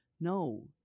No